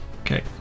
Okay